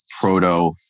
proto